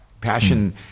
Passion